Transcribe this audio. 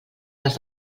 les